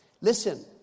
Listen